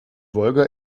wolga